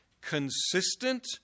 consistent